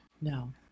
no